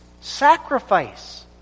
sacrifice